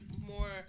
more